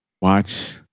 watch